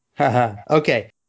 Okay